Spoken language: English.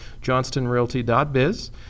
johnstonrealty.biz